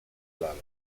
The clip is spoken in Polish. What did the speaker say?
lalek